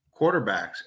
quarterbacks